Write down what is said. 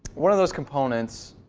one of those components,